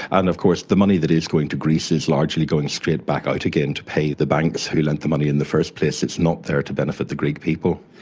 and of course the money that is going to greece is largely going straight back out again to pay the banks who lent the money in the first place, it is not there to benefit the greek people.